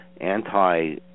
anti